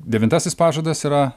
devintasis pažadas yra